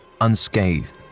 unscathed